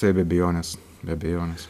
taip be abejonės be abejonės